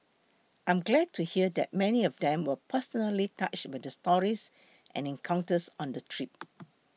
I'm glad to hear that many of them were personally touched by the stories and encounters on the trip